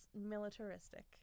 militaristic